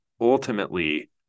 ultimately